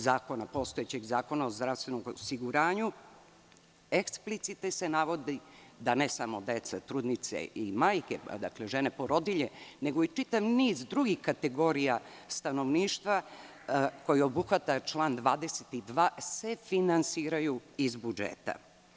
Zakona o zdravstvenom osiguranju eksplicite se navodi da ne samo deca, trudnice i majke, dakle žene porodilje, nego i čitav niz drugih kategorija stanovništva koji obuhvata član 22. se finansiraju iz budžeta.